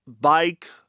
bike